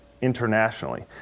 internationally